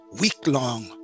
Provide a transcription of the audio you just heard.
week-long